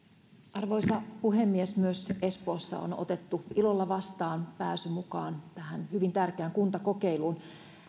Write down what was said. arvoisa puhemies myös espoossa on otettu ilolla vastaan pääsy mukaan tähän hyvin tärkeään kuntakokeiluun